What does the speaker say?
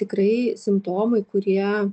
tikrai simptomai kurie